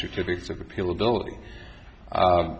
certificates of appeal ability